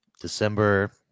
December